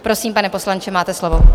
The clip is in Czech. Prosím, pane poslanče, máte slovo.